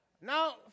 Now